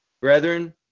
Brethren